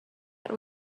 that